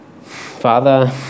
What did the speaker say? Father